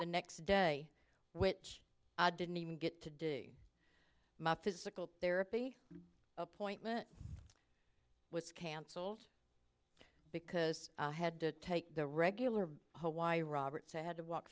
the next day which i didn't even get to do my physical therapy appointment was canceled because i had to take the regular hawai robert so i had to walk